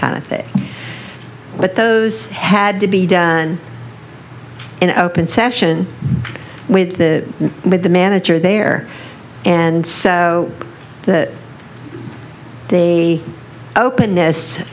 kind of thing but those had to be done in open session with the with the manager there and so that the openness